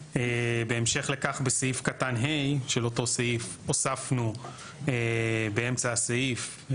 בהמשך לכך בסעיף קטן (ה) של אותו סעיף הוספנו באמצע הסעיף,